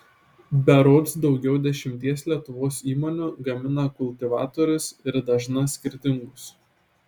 berods daugiau dešimties lietuvos įmonių gamina kultivatorius ir dažna skirtingus